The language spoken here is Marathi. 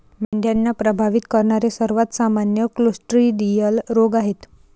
मेंढ्यांना प्रभावित करणारे सर्वात सामान्य क्लोस्ट्रिडियल रोग आहेत